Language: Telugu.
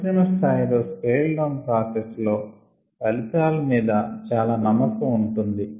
పరిశ్రమ స్థాయి లో స్కేల్ డౌన్ ప్రాసెస్ లో ఫలితాలు మీద చాలా నమ్మకం ఉంటుంది